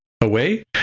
away